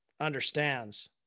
understands